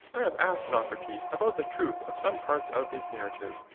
i have asked socrates about the truth of some parts of his narrative,